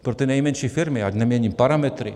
Pro ty nejmenší firmy ať nemění parametry.